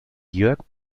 jörg